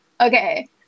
okay